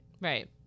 right